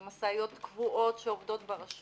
זה משאיות קבועות שעובדות ברשות.